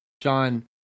John